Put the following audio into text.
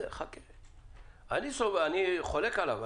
אני חולק עליו.